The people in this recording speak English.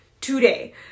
today